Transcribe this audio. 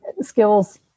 skills